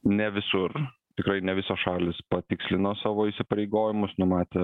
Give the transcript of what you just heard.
ne visur tikrai ne visos šalys patikslino savo įsipareigojimus numatė